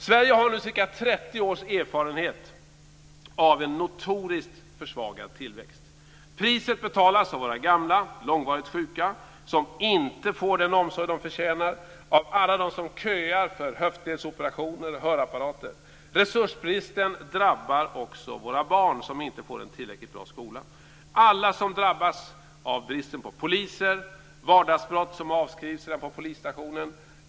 Sverige har ca 30 års erfarenhet av en notoriskt försvagad tillväxt. Priset betalas av våra gamla, av våra långvarigt sjuka som inte får den omsorg de förtjänar, av alla de som köar för höftledsoperationer och hörapparater. Resursbristen drabbar också våra barn som inte får en tillräckligt bra skola. Människor drabbas av bristen på poliser, av vardagsbrott som avskrivs på polisstationen.